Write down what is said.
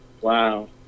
Wow